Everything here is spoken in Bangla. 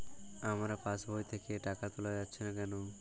আমার পাসবই থেকে টাকা তোলা যাচ্ছে না কেনো?